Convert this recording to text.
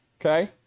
okay